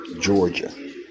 Georgia